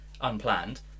Unplanned